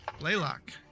Laylock